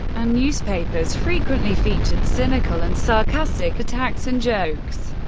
and newspapers frequently featured cynical and sarcastic attacks and jokes.